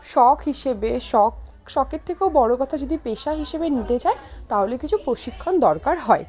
শখ হিসেবে শখ শখের থেকেও বড় কথা যদি পেশা হিসেবে নিতে যায় তাহলে কিছু প্রশিক্ষণ দরকার হয়